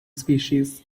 species